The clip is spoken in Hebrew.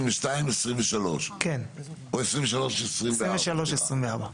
כן, לשנים 2023 ו-2024.